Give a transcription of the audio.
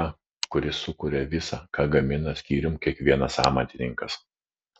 tą kuris sukuria visa ką gamina skyrium kiekvienas amatininkas